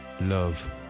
love